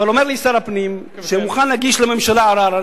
אבל אומר לי שר הפנים שהוא מוכן להגיש לממשלה ערר.